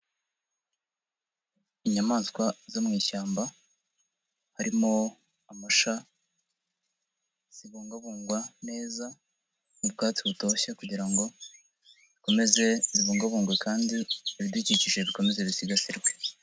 Inyamaswa zo mu ishyamba harimo amasha zibungabungwa neza, mu bwatsi butoshye kugira ngo zikomeze zibungabungwe kandi ibidukikije bikomeze bisigasirwe.